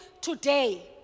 today